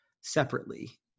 separately